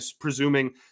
presuming